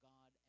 God